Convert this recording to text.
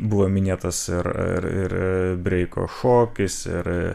buvo minėtas ir ir breiko šokis ir